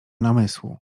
namysłu